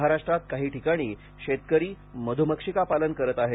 महाराष्ट्रात काही ठिकाणी शेतकरी मधुमक्षीपालन करीत आहेत